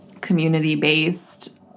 community-based